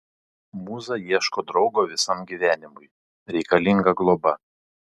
mūza ieško draugo visam gyvenimui reikalinga globa